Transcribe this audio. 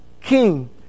king